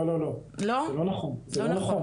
לא, זה לא נכון.